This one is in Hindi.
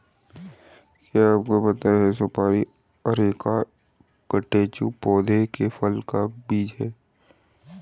क्या आपको पता है सुपारी अरेका कटेचु पौधे के फल का बीज है?